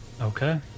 Okay